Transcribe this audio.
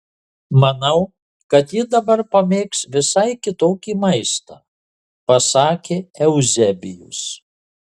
manau kad ji dabar pamėgs visai kitokį maistą pasakė euzebijus